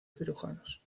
cirujanos